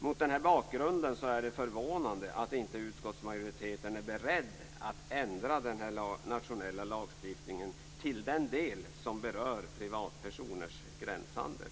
Mot den här bakgrunden är det förvånande att inte utskottsmajoriteten är beredd att ändra denna nationella lagstiftning i den del som berör privatpersoners gränshandel.